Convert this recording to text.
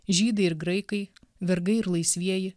žydai ir graikai vergai ir laisvieji